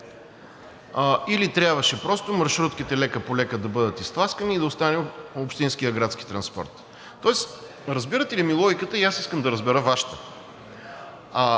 или трябваше просто маршрутките лека-полека да бъдат изтласкани и да остане общинският градски транспорт, тоест разбирате ли ми логиката, и аз искам да разбера Вашата.